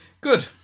Good